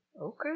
Okay